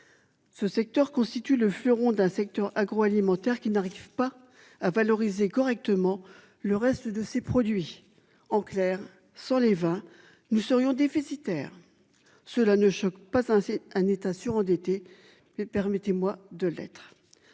Ce secteur constitue le fleuron d'un secteur agroalimentaire qui n'arrive pas à valoriser correctement le reste de ses produits. En clair, sans les vins nous serions déficitaires. Cela ne choque pas hein c'est un État surendetté mais permettez-moi de lettres.